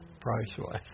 price-wise